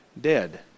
dead